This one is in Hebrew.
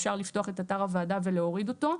אפשר לפתוח את אתר הוועדה ולהוריד אותו.